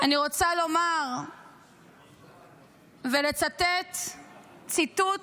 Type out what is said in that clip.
אני רוצה לומר ולצטט ציטוט